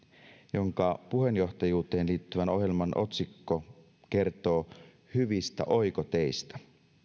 jonka puheenjohtajuuteen liittyvän ohjelman otsikko kertoo hyvistä oikoteistä